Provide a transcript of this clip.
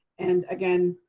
and again,